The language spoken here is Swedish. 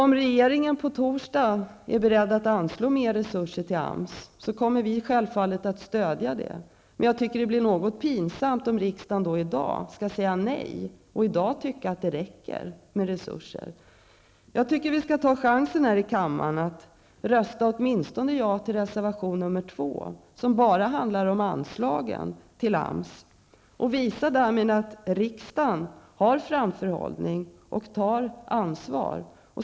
Om regeringen på torsdag denna vecka är beredd att anslå mer resurser till AMS, då kommer vi självfallet att stödja ett sådant förslag. Men det blir pinsamt om riksdagen i dag säger nej till utökade resurser och anser att de nuvarande räcker. Låt oss här i kammaren ta chansen att i varje fall rösta ja till reservation 2 som enbart handlar om utökade anslag till AMS. Därmed visar vi att riksdagen har framförhållning och tar ansvar.